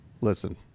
Listen